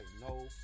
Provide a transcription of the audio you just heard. no